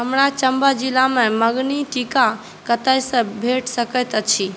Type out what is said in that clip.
हमरा चम्बा जिलामे मङ्गनी टीका कतयसँ भेट सकैत अछि